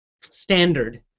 standard